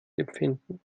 empfinden